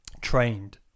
trained